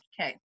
Okay